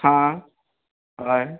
आं हय